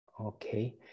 okay